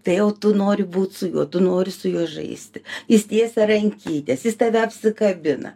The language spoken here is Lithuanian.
tai jau tu nori būt su juo tu nori su juo žaisti jis tiesia rankytes jis tave apsikabina